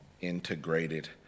Integrated